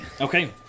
Okay